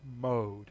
mode